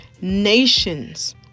Nations